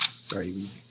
Sorry